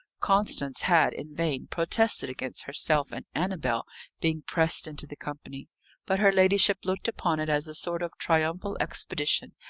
constance had in vain protested against herself and annabel being pressed into the company but her ladyship looked upon it as a sort of triumphal expedition,